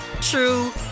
true